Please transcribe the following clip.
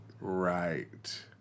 Right